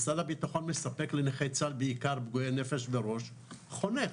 משרד הביטחון מספק לנכי צה"ל בעיקר פגועי נפש וראש חונך,